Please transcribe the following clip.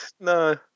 No